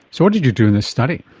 so what did you do in the study?